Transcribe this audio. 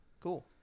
Cool